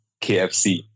KFC